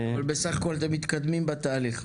אבל בסך הכל אתם מתקדמים בתהליך?